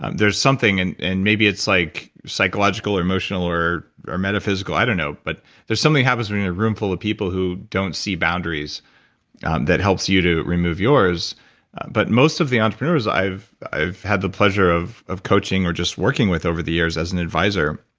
and there's something, and and maybe it's like psychological or emotional or or metaphysical, i don't know, but something happens when you're in a room full of people who don't see boundaries that helps you to remove yours but most of the entrepreneurs i've i've had the pleasure of of coaching or just working with over the years as an advisor,